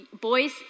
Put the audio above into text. Boys